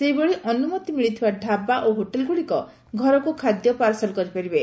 ସେହିଭଳି ଅନୁମତି ମିଳିଥିବା ଡାବା ଓ ହୋଟେଲ୍ଗୁଡ଼ିକ ଘରକୁ ଖାଦ୍ୟ ପାର୍ଶଲ୍ କରିପାରିବେ